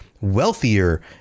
wealthier